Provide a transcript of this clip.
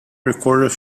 recorded